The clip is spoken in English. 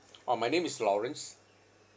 orh my name is lawrence